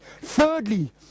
Thirdly